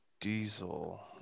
diesel